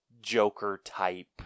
Joker-type